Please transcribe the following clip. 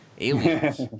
Aliens